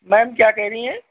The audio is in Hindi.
मैम क्या कह रही हैं